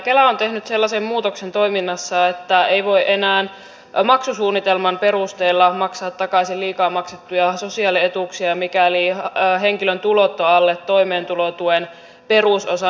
kela on tehnyt sellaisen muutoksen toiminnassaan että enää ei voi maksusuunnitelman perusteella maksaa takaisin liikaa maksettuja sosiaalietuuksia mikäli henkilön tulot ovat alle toimeentulotuen perusosan